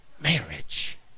marriage